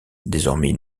désormais